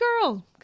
girl